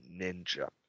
ninja